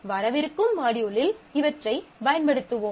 வரவிருக்கும் மாட்யூலில் இவற்றைப் பயன்படுத்துவோம்